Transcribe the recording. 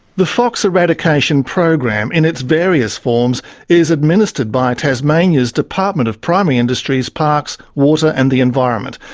the fox eradication program in its various forms is administered by tasmania's department of primary industries, parks, water and the environment,